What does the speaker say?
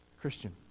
Christian